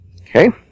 Okay